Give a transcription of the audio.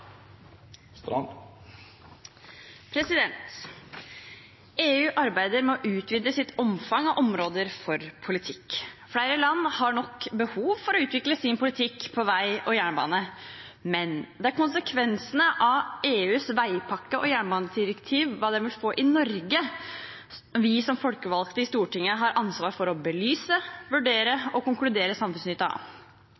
mindre. EU arbeider med å utvide sitt omfang og områder for politikk. Flere land har nok behov for å utvikle sin politikk for vei og jernbane, men det er hvilke konsekvenser EUs veipakke og jernbanedirektiv vil få for Norge, vi som folkevalgte i Stortinget har ansvar for å belyse, vurdere